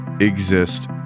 exist